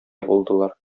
булдылар